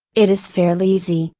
it is fairly easy,